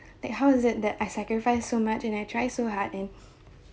like how is it that I sacrifice so much and I try so hard and